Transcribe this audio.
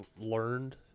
learned